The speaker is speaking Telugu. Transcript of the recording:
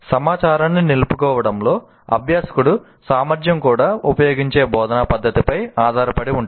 సమాచారాన్ని నిలుపుకోవడంలో అభ్యాసకుడి సామర్థ్యం కూడా ఉపయోగించే బోధనా పద్ధతిపై ఆధారపడి ఉంటుంది